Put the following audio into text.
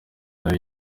nawe